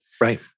Right